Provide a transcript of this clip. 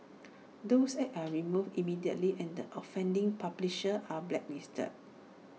those ads are removed immediately and the offending publishers are blacklisted